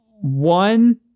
one